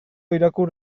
irakur